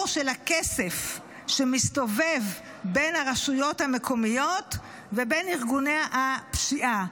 של הכסף שמסתובב בין הרשויות המקומיות ובין ארגוני הפשיעה.